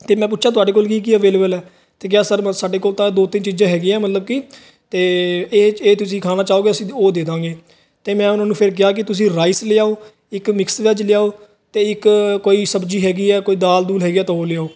ਇਹ ਮੈਂ ਪੁੱਛਿਆ ਤੁਹਾਡੇ ਕੋਲ ਕੀ ਕੀ ਅਵੇਲੇਬਲ ਹੈ ਤੇ ਕਿਹਾ ਸਰ ਮੈਂ ਸਾਡੇ ਕੋਲ ਤਾਂ ਦੋ ਤਿੰਨ ਚੀਜ਼ਾਂ ਹੈਗੀਆਂ ਮਤਲਬ ਕਿ ਤੇ ਇਹ ਤੁਸੀਂ ਖਾਣਾ ਚਾਹੋਗੇ ਅਸੀਂ ਉਹ ਦੇ ਦਾਂਗੇ ਤੇ ਮੈਂ ਉਹਨਾਂ ਨੂੰ ਫਿਰ ਕਿਹਾ ਕਿ ਤੁਸੀਂ ਰਾਈਸ ਲਿਆਓ ਇੱਕ ਮਿਕਸ ਦਾ ਚ ਲਿਆਓ ਤੇ ਇੱਕ ਕੋਈ ਸਬਜ਼ੀ ਹੈਗੀ ਹ ਕੋਈ ਦਾਲ